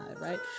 right